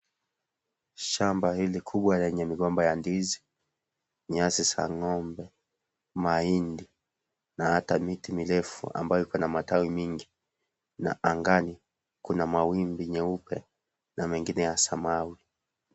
Shamba hili kubwa lenye migomba ya ndizi, nyasi za ng'ombe, mahindi, na hata miti mirefu ambayo iko na matawi mingi. Na angani kuna mawimbi nyeupe, na mengine ya samawi.